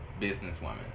businesswoman